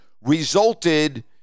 resulted